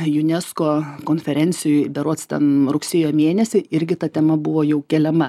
unesco konferencijoj berods ten rugsėjo mėnesį irgi ta tema buvo jau keliama